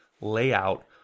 layout